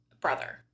brother